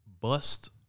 bust